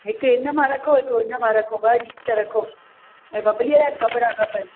हिकु इनमां रखो हिकिड़ो इनमां रखो ॿ जिन्स रखो ऐं बबलीअ लाइ बि कपिड़ा खपनि